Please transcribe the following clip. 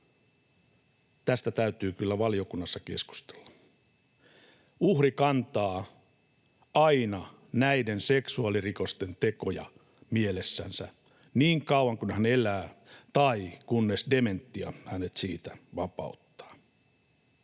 Tästä täytyy kyllä valiokunnassa keskustella. Uhri kantaa aina näiden seksuaalirikosten tekoja mielessänsä niin kauan kuin hän elää tai kunnes dementia hänet siitä vapauttaa.